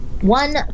one